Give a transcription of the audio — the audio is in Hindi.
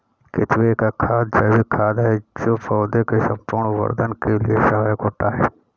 केंचुए का खाद जैविक खाद है जो पौधे के संपूर्ण वर्धन के लिए सहायक होता है